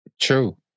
True